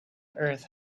earth